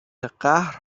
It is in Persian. قهر